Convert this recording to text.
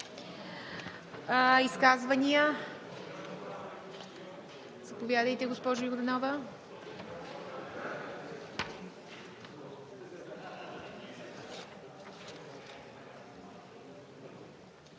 Изказвания? Заповядайте, госпожо Йорданова.